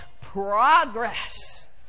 progress